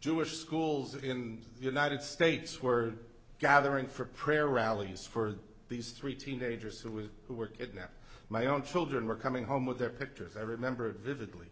jewish schools in the united states were gathering for prayer rallies for these three teenagers who was who were kidnapped my own children were coming home with their pictures i remember vividly